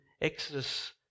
Exodus